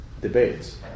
debates